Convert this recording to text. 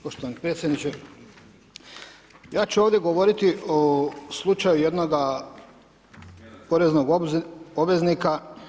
Poštovani potpredsjedniče, ja ću ovdje govoriti o slučaju jednoga poreznog obveznika.